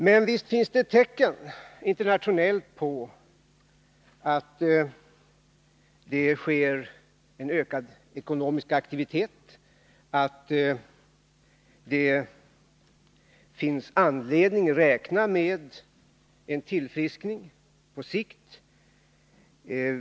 Men visst finns det tecken internationellt på att det sker en ökad ekonomisk aktivitet, att det finns anledning att räkna med en tillfriskning på sikt.